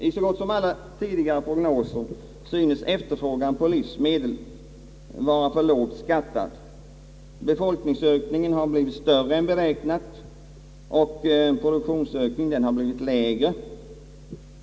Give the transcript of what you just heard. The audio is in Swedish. I så gott som alla tidigare prognoser synes efterfrågan på livsmedel vara för lågt uppskattad. Befolkningsökningen har blivit större än beräknat och produktionsökningen har blivit lägre.